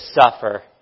suffer